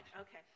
Okay